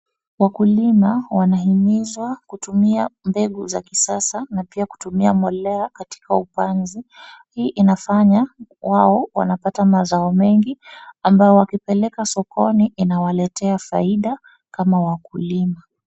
Wakulima wanahimizwa kutumia mbegu za kisasa na pia kutumia mbolea katika upanzi. Hii inafanya wao wanapata mazao mengi ambao wakipeleka sokoni, inawaletea faida kama wakulima.